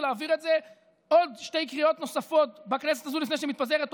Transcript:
ולהעביר את זה בעוד שתי קריאות נוספות בכנסת הזאת לפני שהיא מתפזרת.